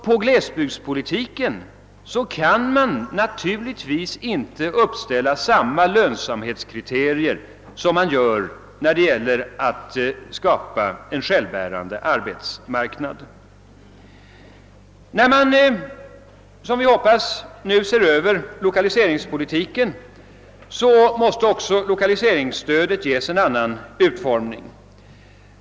På glesbygdspolitiken kan man inte uppställa samma lönsamhetskriterier som man gör när det gäller alt skapa en självbärande arbetsmarknad. När man nu ser över lokaliseringspolitiken, måste också lokaliseringsstödet ges en annan utformning.